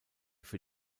für